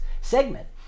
segment